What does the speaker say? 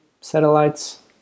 satellites